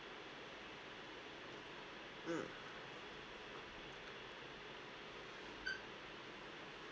mm